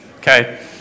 Okay